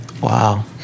Wow